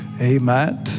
amen